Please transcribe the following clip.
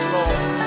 Lord